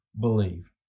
believe